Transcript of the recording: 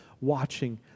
watching